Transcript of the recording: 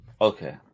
okay